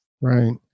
Right